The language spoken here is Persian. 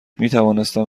میتوانستم